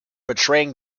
betraying